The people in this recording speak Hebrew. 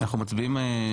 אנחנו מצביעים.